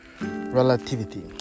relativity